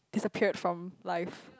disappeared from life